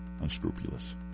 Unscrupulous